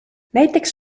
näiteks